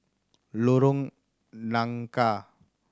Lorong Nangka